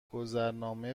گذرنامه